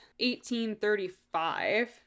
1835